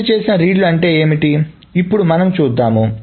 ఉత్పత్తి చేసిన రీడ్లు అంటే ఏమిటి ఇప్పుడు మనం చూద్దాం